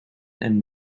and